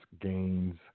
gains